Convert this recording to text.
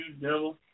Devil